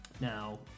Now